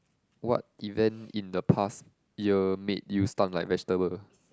what event in the past year made you stun like vegetable